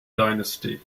dynasty